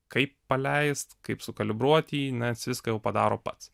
kaip paleist kaip sukalibruot jį nes viską jau padaro pats